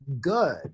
good